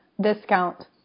discount